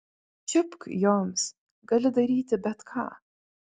čiupk joms gali daryti bet ką